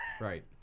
Right